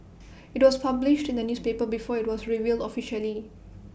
IT was published in the newspaper before IT was revealed officially